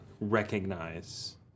recognize